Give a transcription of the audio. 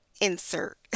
insert